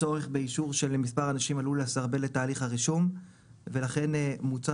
הצורך באישור של מספר אנשים עלול לסרבל את תהליך הרישום ולכן מוצע